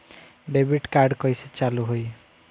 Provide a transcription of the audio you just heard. Debit card कइसे चालू होई?